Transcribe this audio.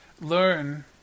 learn